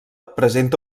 presenta